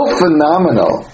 phenomenal